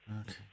Okay